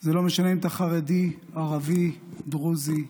זה לא משנה אם אתה חרדי, ערבי, דרוזי,